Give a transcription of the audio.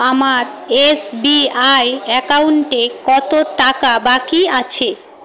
আমার এসবিআই অ্যাকাউন্টে কত টাকা বাকি আছে